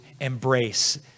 embrace